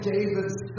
David's